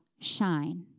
shine